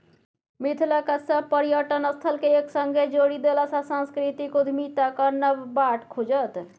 मिथिलाक सभ पर्यटन स्थलकेँ एक संगे जोड़ि देलासँ सांस्कृतिक उद्यमिताक नब बाट खुजत